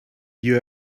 you